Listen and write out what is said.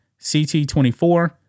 CT24